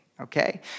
Okay